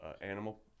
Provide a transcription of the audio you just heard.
animal